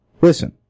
Listen